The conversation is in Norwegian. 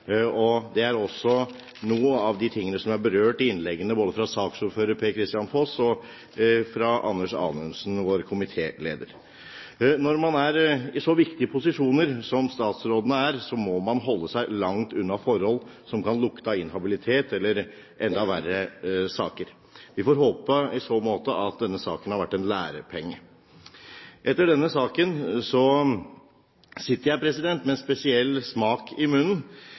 knivegg. Det er også noen av de tingene som er berørt i innleggene både fra saksordføreren, Per-Kristian Foss, og fra Anders Anundsen, vår komitéleder. Når man er i så viktige posisjoner som statsrådene er, må man holde seg langt unna forhold som kan lukte av inhabilitet eller enda verre saker. Vi får håpe i så måte at denne saken har vært en lærepenge. Etter denne saken sitter jeg med en spesiell smak i munnen,